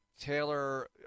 Taylor